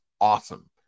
awesome